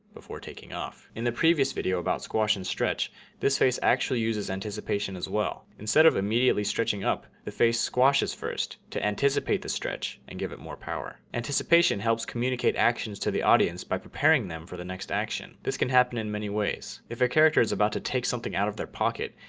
before taking off. in the previous video about squash and stretch this face actually uses anticipation as well. instead of immediately stretching up, the face squashes first to anticipate the stretch and give it more power. anticipation helps communicate actions to the audience by preparing them for the next action. this can happen in many ways if a character is about to take something out of their pocket.